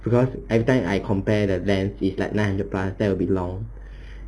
because everytime I compare the series like nine hundred plus that will be around